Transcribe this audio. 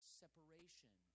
separation